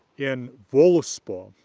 in voluspa,